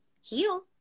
heal